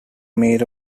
made